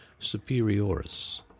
superioris